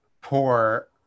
poor